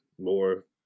more